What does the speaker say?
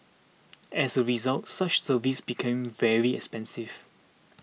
as a result such services become very expensive